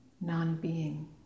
Non-being